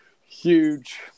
Huge